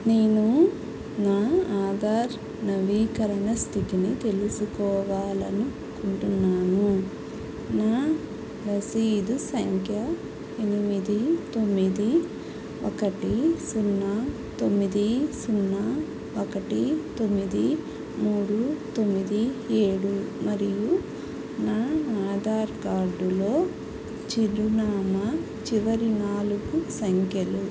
నేనూ నా ఆధార్ నవీకరణ స్థితిని తెలుసుకోవాలను కుంటున్నాను నా రసీదు సంఖ్య ఎనిమిది తొమ్మిది ఒకటి సున్నా తొమ్మిది సున్నా ఒకటి తొమ్మిది మూడు తొమ్మిది ఏడు మరియు నా ఆధార్ కార్డులో చిరునామా చివరి నాలుగు సంఖ్యలు